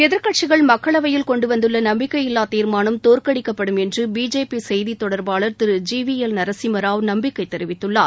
எதிர்க்கட்சிகள் மக்களவையில் கொண்டுவந்துள்ள நம்பிக்கையில்லாத் தீர்மானம் தோற்கடிக்கப்படும் என்று பிஜேபி செய்தி தொடர்பாளர் Thiru G V L Narasimha Rao நம்பிக்கை தெரிவித்துள்ளார்